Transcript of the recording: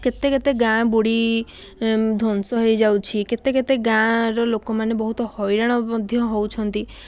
କେତେକେତେ ଗାଁ ବୁଡ଼ି ଧ୍ୱଂସ ହୋଇଯାଉଛି କେତେକେତେ ଗାଁର ଲୋକମାନେ ବହୁତ ହଇରାଣ ମଧ୍ୟ ହେଉଛନ୍ତି